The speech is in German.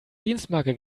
dienstmarke